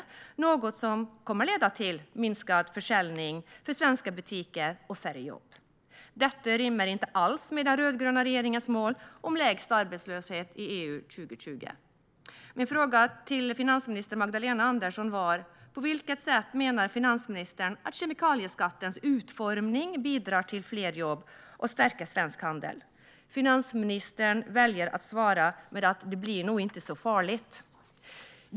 Det är något som kommer att leda till minskad försäljning för svenska butiker och färre jobb. Detta rimmar inte alls med den rödgröna regeringens mål om lägst arbetslöshet i EU år 2020. Min fråga till finansminister Magdalena Andersson var: På vilket sätt menar finansministern att kemikalieskattens utformning bidrar till fler jobb och stärker svensk handel? Finansministern väljer att svara med att det nog inte blir så farligt.